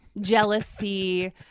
jealousy